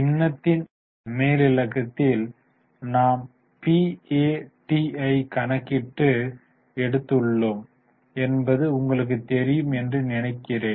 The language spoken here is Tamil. பின்னத்தின் மேலிலக்கத்தில் நாம் PAT ஐ கணக்கிட எடுத்துள்ளோம் என்பது உங்களுக்குத் தெரியும் என்று நினைக்கிறேன்